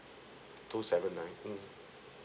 two seven nine um